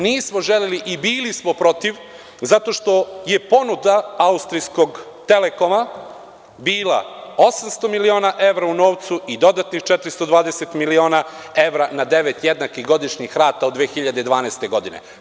Nismo želeli i bili smo protiv zato što je ponuda austrijskog „Telekoma“ bila 800 miliona evra u novcu i dodatnih 420 miliona evra na devet jednakih godišnjih rata u 2012. godini.